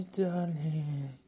darling